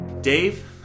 Dave